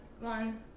one